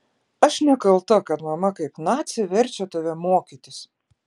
aš nekalta kad mama kaip nacė verčia tave mokytis